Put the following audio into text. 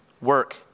work